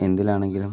എന്തിലാണെങ്കിലും